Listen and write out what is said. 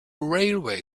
railway